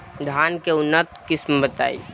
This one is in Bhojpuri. धान के उन्नत किस्म बताई?